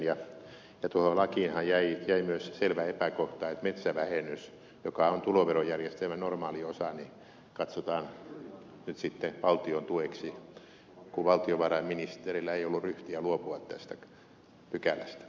tuohon lakiinhan jäi myös selvä epäkohta että metsävähennys joka on tuloverojärjestelmän normaali osa katsotaan nyt sitten valtion tueksi kun valtiovarainministerillä ei ollut ryhtiä luopua tästä pykälästä